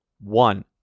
one